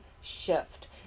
shift